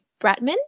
bratman